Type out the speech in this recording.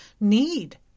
need